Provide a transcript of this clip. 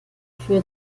für